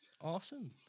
awesome